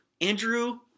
Andrew